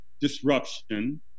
disruption